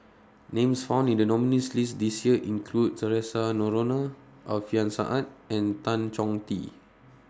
Names found in The nominees' list This Year include Theresa Noronha Alfian Sa'at and Tan Chong Tee